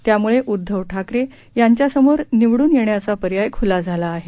त्यामुळे उद्धव ठाकरे यांच्यासमोर निवडून येण्याचा पर्याय खूला झाला आहे